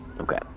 okay